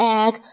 egg